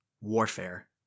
Warfare